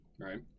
Right